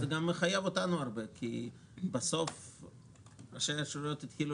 זה גם מחייב אותנו הרבה כי ראשי הרשויות המקומיות התחילו